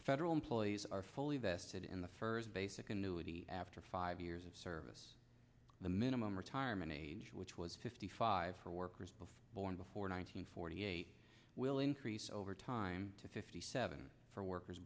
federal employees are fully vested in the first basic annuity after five years of service the minimum retirement age which was fifty five for workers before born before nine hundred forty eight will increase over time to fifty seven for workers